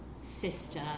sister